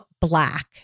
black